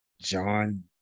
John